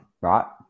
right